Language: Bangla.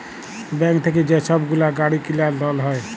ব্যাংক থ্যাইকে যে ছব গুলা গাড়ি কিলার লল হ্যয়